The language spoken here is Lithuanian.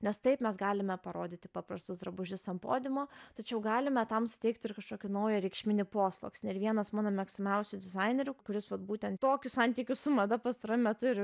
nes taip mes galime parodyti paprastus drabužius ant podiumo tačiau galime tam suteikti ir kažkokį naują reikšminį posluoksnį ir vienas mano mėgstamiausių dizainerių kuris vat būtent tokius santykius su mada pastaruoju metu ir